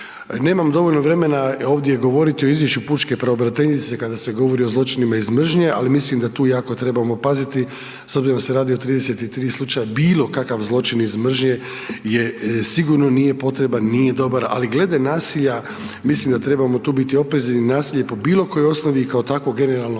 Nemam dovoljno vremena ovdje govorit o izvješću pučke pravobraniteljice kada se govori o zločinima iz mržnje, ali mislim da tu jako trebamo paziti s obzirom da se radi o 33 slučaja, bilokakav zločin iz mržnje sigurno nije potreban, nije dobar ali glede nasilja, mislim da trebamo tu biti oprezni jer nasilje po bilokojoj osnovi i kao takvo generalno